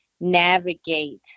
navigate